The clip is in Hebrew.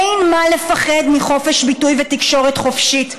אין מה לפחד מחופש ביטוי ותקשורת חופשית.